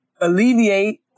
alleviate